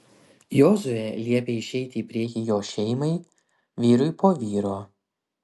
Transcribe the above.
jozuė liepė išeiti į priekį jo šeimai vyrui po vyro